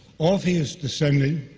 orpheus descending,